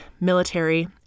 military